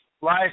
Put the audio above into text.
life